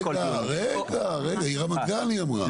רגע רגע, היא רמת גן היא אמרה.